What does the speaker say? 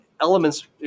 elements